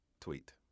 tweet